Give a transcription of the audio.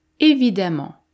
Évidemment